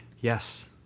Yes